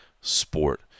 sport